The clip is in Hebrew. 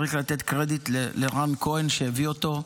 צריך לתת קרדיט לרן כהן שהביא אותו.